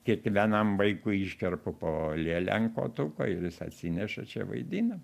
kiekvienam vaikui iškerpu po lėlę ant kotuko ir jis atsineša čia vaidina